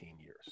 years